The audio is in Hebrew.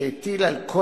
שהטיל על כל